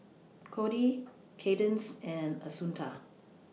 Kody Cadence and Assunta